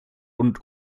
und